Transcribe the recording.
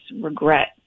regret